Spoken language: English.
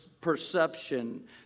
perception